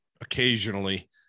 occasionally